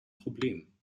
problem